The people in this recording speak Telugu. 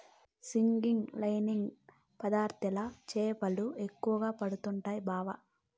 సీనింగ్ లైనింగ్ పద్ధతిల చేపలు ఎక్కువగా పడుతండాయి బావ